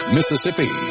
Mississippi